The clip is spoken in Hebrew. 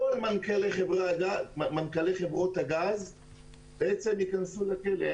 כל מנכ"לי חברות הגז ייכנסו לכלא,